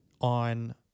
on